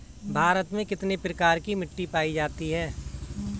भारत में कितने प्रकार की मिट्टी पाई जाती है?